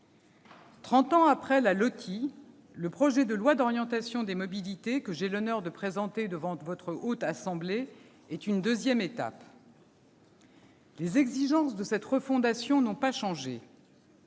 ans après la LOTI, le projet de loi d'orientation des mobilités que j'ai l'honneur de présenter devant la Haute Assemblée est une deuxième étape. Les exigences de cette refondation n'ont pas changé